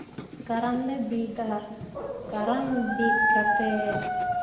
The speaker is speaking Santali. ᱠᱟᱨᱟᱢ ᱞᱮ ᱵᱤᱫᱟ ᱠᱟᱨᱟᱢ ᱵᱤᱫ ᱠᱟᱛᱮ